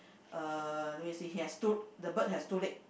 uh let me see it has two the bird has two leg